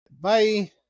bye